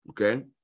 okay